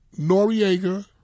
Noriega